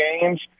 games